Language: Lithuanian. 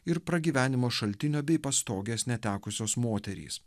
ir pragyvenimo šaltinio bei pastogės netekusios moterys